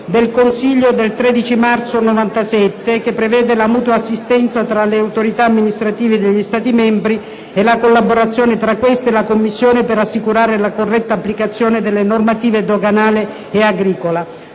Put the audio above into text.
del Consiglio del 13 marzo 1997, che prevede la mutua assistenza tra le autorità amministrative degli Stati membri e la collaborazione tra queste e la Commissione per assicurare la corretta applicazione delle normative doganale e agricola.